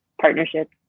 partnerships